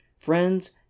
Friends